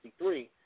1963